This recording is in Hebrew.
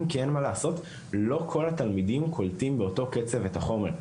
כי לא כל התלמידים קולטים באותו קצב את החומר.